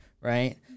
Right